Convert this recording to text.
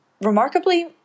remarkably